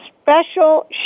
special